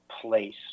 place